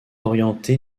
orienté